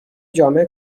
جامع